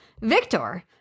Victor